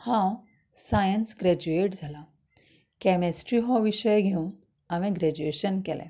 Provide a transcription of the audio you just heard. हांव science graduate जालां chemistry हो विशय घेवन हांवे ग्रॅज्यूएशन केले